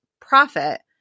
profit